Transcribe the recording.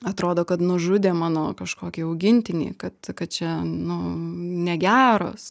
atrodo kad nužudė mano kažkokį augintinį kad kad čia nu negeros